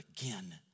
again